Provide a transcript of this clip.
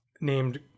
named